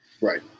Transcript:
Right